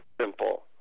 simple